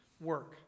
work